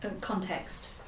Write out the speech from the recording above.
context